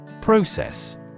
Process